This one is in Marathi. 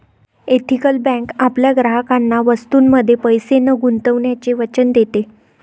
एथिकल बँक आपल्या ग्राहकांना वस्तूंमध्ये पैसे न गुंतवण्याचे वचन देते